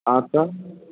आपका